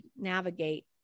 navigate